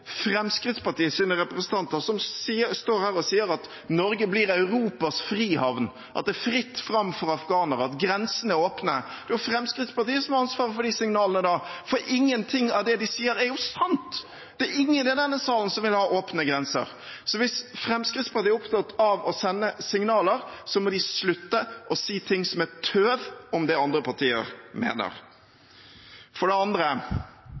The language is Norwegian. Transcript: er fritt fram for afghanere, og at grensene er åpne. Da er det Fremskrittspartiet som har ansvaret for de signalene, for ingenting av det de sier, er sant. Det er ingen i denne salen som vil ha åpne grenser. Så hvis Fremskrittspartiet er opptatt av å sende signaler, må de slutte å si ting som er tøv om det andre partier mener. For det andre: